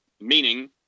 Meaning